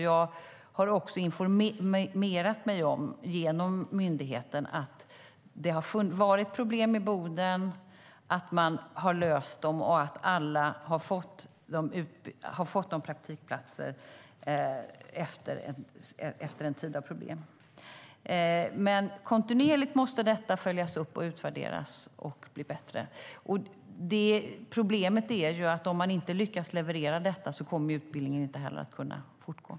Jag har också genom myndigheten informerat mig om att det har varit problem med Boden, att man löst dem och att alla har fått praktikplats efter en tid av problem. Kontinuerligt måste det följas upp, utvärderas och bli bättre. Problemet är att om man inte lyckas leverera kommer utbildningen inte att kunna fortsätta.